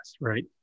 Right